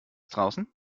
draußen